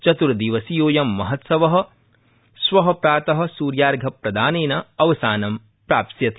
चतुर्दिवसीयोऽयं महोत्सव श्व प्रात सूर्यार्घ्य प्रदानेन अवसानं प्राप्स्यति